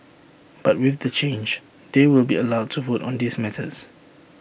but with the change they will be allowed to vote on these matters